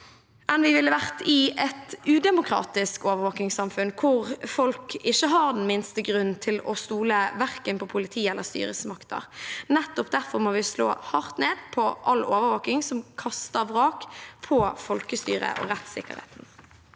enn vi ville vært i et udemokratisk overvåkingssamfunn, hvor folk ikke har den minste grunn til å stole på verken politi eller styresmakter. Nettopp derfor må vi slå hardt ned på all overvåking som kaster vrak på folkestyret og rettssikkerheten.